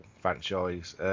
franchise